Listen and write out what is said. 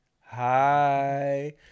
Hi